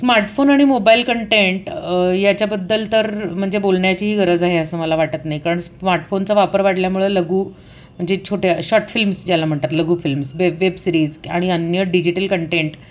smartphone आणि mobile content याच्याबद्दल तर म्हणजे बोलण्याचीही गरज आहे असं मला वाटत नाही कारण स्मार्टफोनचा वापर वाढल्यामुळं लघू म्हणजे छोट्या शॉर्ट फिल्म्स ज्याला म्हणतात लघू फिल्म्स वेब वेब सिरीज आणि अन्य डिजिटल कंटेंट